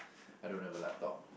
I don't have a laptop